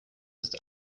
ist